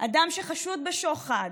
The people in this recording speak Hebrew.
אדם שחשוד בשוחד,